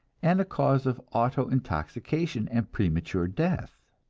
and a cause of autointoxication and premature death.